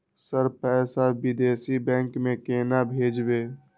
Sir पैसा विदेशी bank में केना भेजबे?